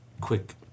quick